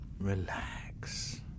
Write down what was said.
Relax